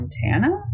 Montana